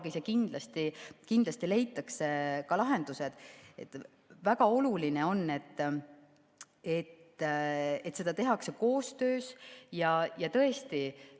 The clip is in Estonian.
ja kindlasti leitakse ka lahendused. Väga oluline on, et seda tehakse koostöös ja tõesti,